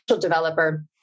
developer